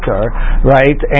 right